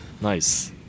Nice